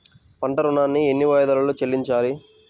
పంట ఋణాన్ని ఎన్ని వాయిదాలలో చెల్లించాలి?